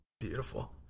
Beautiful